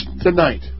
tonight